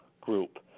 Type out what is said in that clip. Group